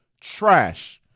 Trash